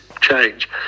change